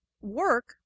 work